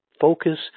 Focus